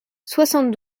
soixante